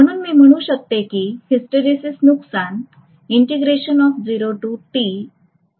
म्हणून मी म्हणू शकते की हिस्टरेसिस नुकसान आहे